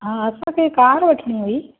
हा असांखे कार वठणी हुई